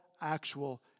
actual